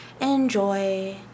enjoy